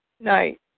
night